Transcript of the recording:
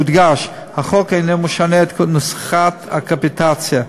יודגש: החוק אינו משנה את נוסחת הקפיטציה.